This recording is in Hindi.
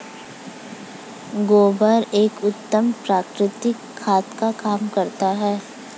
गोबर एक उत्तम प्राकृतिक खाद का काम करता है